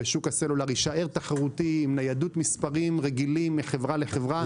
ושוק הסלולר יישאר תחרותי עם ניידות ומספרים רגילים מחברה לחברה.